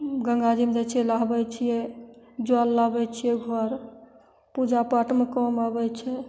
गंगा जीमे जाइ छियै नहबय छियै जल लाबय छियै घर पूजा पाठमे काम आबय छै